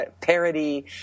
parody